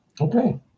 Okay